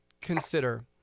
consider